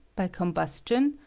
by com bustion,